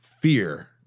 fear